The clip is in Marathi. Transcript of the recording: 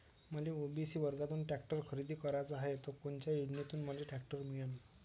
मले ओ.बी.सी वर्गातून टॅक्टर खरेदी कराचा हाये त कोनच्या योजनेतून मले टॅक्टर मिळन?